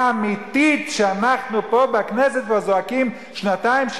אמיתית שאנחנו פה בכנסת כבר זועקים שנתיים,